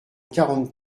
quarante